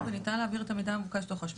כן.